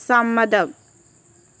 സമ്മതം